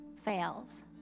fails